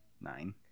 Nine